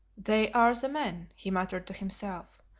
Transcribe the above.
they are the men, he muttered to himself,